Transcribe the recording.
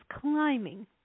climbing